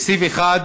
לסעיף 1